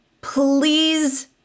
please